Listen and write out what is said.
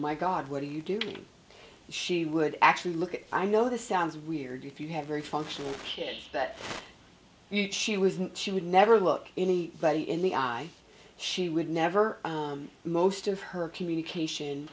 my god what are you doing she would actually look at i know this sounds weird if you have very functional fish but she was and she would never look any buddy in the eye she would never most of her communication